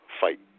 fight